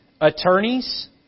attorneys